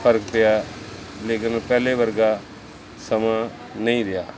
ਫਰਕ ਪਿਆ ਲੇਕਿਨ ਪਹਿਲੇ ਵਰਗਾ ਸਮਾਂ ਨਹੀਂ ਰਿਹਾ